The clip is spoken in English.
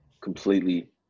completely